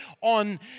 on